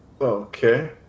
Okay